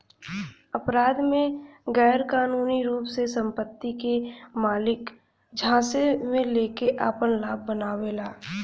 अपराध में गैरकानूनी रूप से संपत्ति के मालिक झांसे में लेके आपन लाभ बनावेला